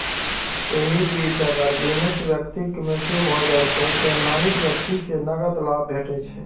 एहि बीच अगर बीमित व्यक्तिक मृत्यु भए जाइ छै, तें नामित व्यक्ति कें नकद लाभ भेटै छै